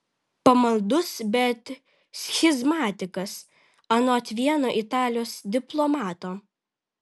pamaldus bet schizmatikas anot vieno italijos diplomato